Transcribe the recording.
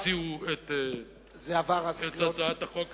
הציעו את הצעת החוק,